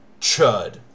Chud